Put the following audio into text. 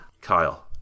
kyle